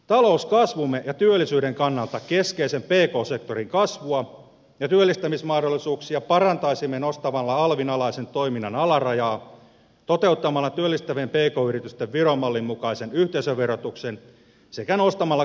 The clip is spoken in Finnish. talouskasvumme ja työllisyyden kannalta keskeisen pk sektorin kasvua ja työllistämismahdollisuuksia parantaisimme nostamalla alvin alaisen toiminnan alarajaa toteuttamalla työllistävien pk yritysten viron mallin mukaisen yhteisöverotuksen sekä nostamalla kotitalousvähennyksen määrää